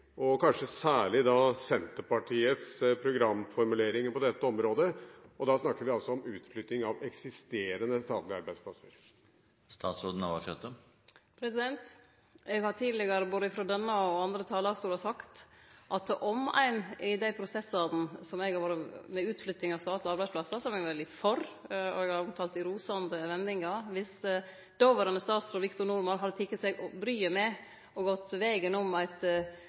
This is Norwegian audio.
og kanskje særlig Senterpartiets programformuleringer på dette området? Vi snakker da om utflytting av eksisterende statlige arbeidsplasser. Eg har tidlegare sagt, både frå denne og andre talarstolar, at viss dåverande statsråd, Victor Norman, i prosessane med utflytting av statlege arbeidsplassar – som eg er veldig for og har omtala i rosande vendingar – hadde teke seg bryet med å gå vegen om eit